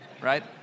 Right